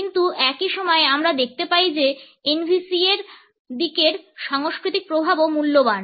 কিন্তু একই সময়ে আমরা দেখতে পাই যে NVC এর দিকের সাংস্কৃতিক প্রভাবও মূল্যবান